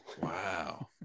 Wow